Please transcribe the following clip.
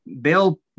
Bill